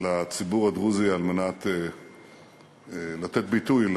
לציבור הדרוזי על מנת לתת ביטוי,